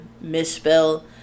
misspell